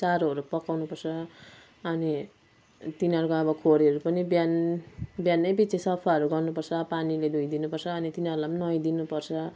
चारोहरू पकाउनुपर्छ अनि तिनीहरूको अब खोरहरू पनि बिहान बिहानैपिछे सफाहरू गर्नुपर्छ पानीले धोइदिनुपर्छ अनि तिनीहरूलाई पनि नुहाइदिनुपर्छ